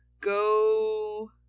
go